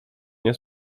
nie